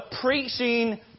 preaching